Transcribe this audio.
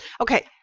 Okay